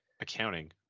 accounting